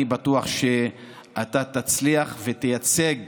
אני בטוח שאתה תצליח ותייצג